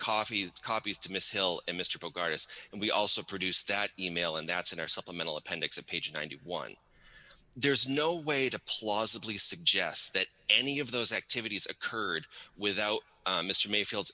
coffee copies to miss hill and mr bogart us and we also produced that e mail and that's in our supplemental appendix of page ninety one there's no way to plausibly suggest that any of those activities occurred without mr mayfield